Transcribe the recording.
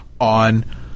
on